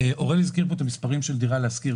אוראל הזכיר פה את המספרים של דירה להשכיר.